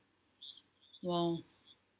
!wow!